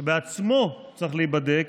שבעצמו צריך להיבדק,